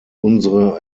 unsere